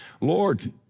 Lord